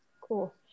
Cool